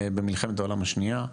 במלחמת העולם השנייה,